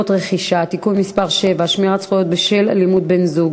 רכישה) (תיקון מס' 7) (שמירת זכויות בשל אלימות בן-זוג),